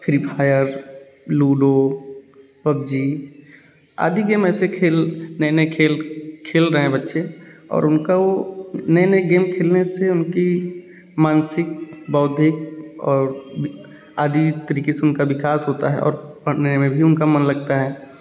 free Fire ludo PUBG आदि खेल नये नए खेल खेल रहे हैं बच्चे और उनको नए नए गेम खेलने से उनकी मानसिक बौद्धिक और आदि तरीके से उनका विकास होता है और पढ़ने में भी उनका मन लगता है